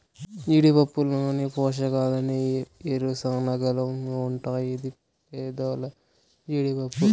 జీడిపప్పులోని పోషకాలన్నీ ఈ ఏరుశనగలోనూ ఉంటాయి ఇది పేదోల్ల జీడిపప్పు